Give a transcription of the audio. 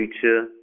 future